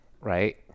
right